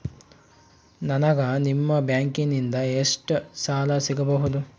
ನನಗ ನಿಮ್ಮ ಬ್ಯಾಂಕಿನಿಂದ ಎಷ್ಟು ಸಾಲ ಸಿಗಬಹುದು?